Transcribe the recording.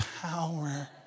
power